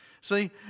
See